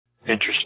Interesting